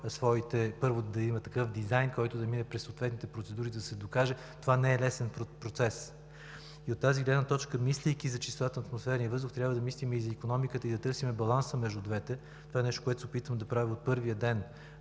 първо, да има такъв дизайн, който да мине през съответните процедури, да се докаже. Това не е лесен процес. От тази гледна точка, мислейки за чистотата в атмосферния въздух, трябва да мислим и за икономиката, и да търсим баланса между двете. Това е нещо, което се опитвам да правя от първия ден